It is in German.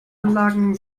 anlagen